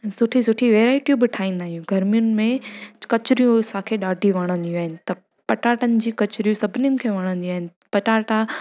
सुठी सुठी वैरायटियूं बि ठाहींदा आहियूं गर्मीयुनि में कचरियूं असांखे ॾाढी वणंदियूं आहिनि त पटाटनि जी कचरियूं सभिनीनि खे वणंदियूं आहिनि पटाटा